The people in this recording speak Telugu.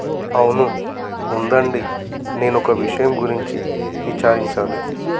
అవును ఉండండి నేనొక విషయం గురించి విచారించాలి